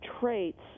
traits